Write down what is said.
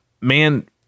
man